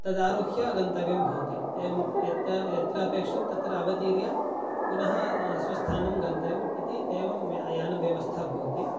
तदारुह्य गन्तव्यं भवति एवं यत्र यत्र अपेक्षितं तत्र अवतीर्य पुनः स्वस्थानं गन्तव्यम् इति एवं यानव्यवस्था भवति